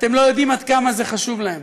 אתם לא יודעים עד כמה זה חשוב להם.